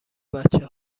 بچه